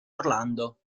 orlando